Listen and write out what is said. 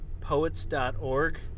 poets.org